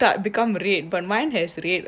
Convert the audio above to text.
dark become red but mine has red